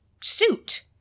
suit